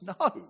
No